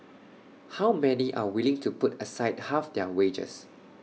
how many are willing to put aside half their wages